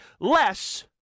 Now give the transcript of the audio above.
less